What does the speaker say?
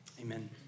Amen